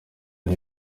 aba